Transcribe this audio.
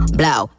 blow